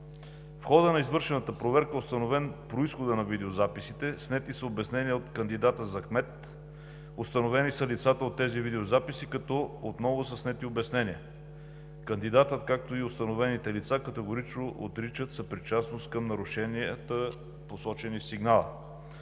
В хода на извършената проверка е установен произходът на видеозаписите, снети са обяснения от кандидата за кмет, установени са лицата от тези видеозаписи, като отново са снети обяснения. Кандидатът и установените лица категорично отричат съпричастност към нарушенията, посочени в сигнала.